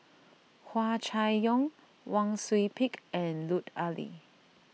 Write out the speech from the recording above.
Hua Chai Yong Wang Sui Pick and Lut Ali